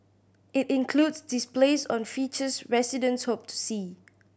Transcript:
it includes displays on features residents hope to see